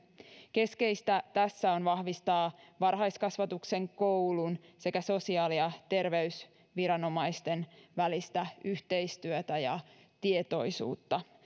keskeistä tässä on vahvistaa varhaiskasvatuksen koulun sekä sosiaali ja terveysviranomaisten välistä yhteistyötä ja tietoisuutta